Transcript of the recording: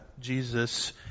Jesus